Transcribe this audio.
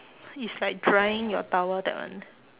is like drying your towel that one